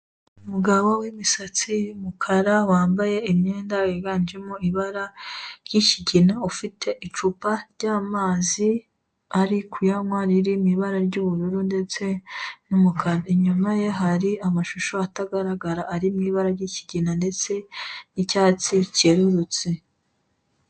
Umugabo w'imisatsi y'umukara wambaye imyenda yiganjemo ibara ry'ikigina, ufite icupa ry'amazi ari kuyanywa, riri mu ibara ry'ubururu ndetse n'umukara, inyuma ye hari amashusho atagaragara ari mu ibara ry'ikigina ndetse n'icyatsi cyerururtse.